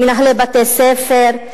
מנהלי בתי-ספר,